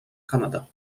canada